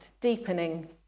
deepening